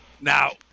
Now